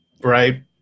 right